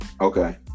Okay